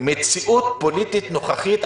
מציאות פוליטית נוכחית,